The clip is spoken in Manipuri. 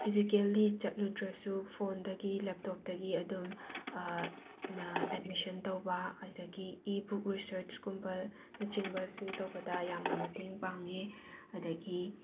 ꯐꯤꯖꯤꯀꯦꯜꯂꯤ ꯆꯠꯂꯨꯗ꯭ꯔꯁꯨ ꯐꯣꯟꯗꯒꯤ ꯂꯦꯞꯇꯣꯞꯇꯒꯤ ꯑꯗꯨꯝ ꯑꯦꯗꯃꯤꯁꯟ ꯇꯧꯕ ꯑꯗꯒꯤ ꯏꯕꯨꯛ ꯔꯤꯁꯔꯆꯀꯨꯝꯕꯅꯆꯤꯡꯕꯁꯤꯡ ꯇꯧꯕꯗ ꯌꯥꯝꯅ ꯃꯇꯦꯡ ꯄꯥꯡꯏ ꯑꯗꯒꯤ